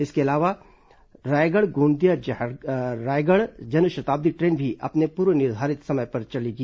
इसके अलावा रायगढ़ गोंदिया रायगढ़ जनशताब्दी ट्रेन भी अपने पूर्व निर्धारित समय पर चलेगी